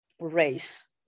race